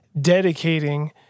dedicating